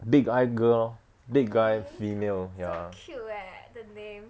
big eye girl lor big eye female ya